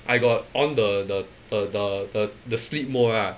I got on the the the the the the sleep mode ah